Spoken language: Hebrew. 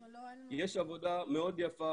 יש עבודה מאוד יפה,